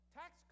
tax